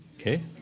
Okay